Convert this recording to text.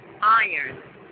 iron